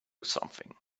something